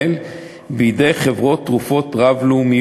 כדי להכניס תרופות חדשות שבסופו של דבר מצילות